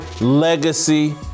legacy